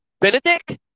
Benedict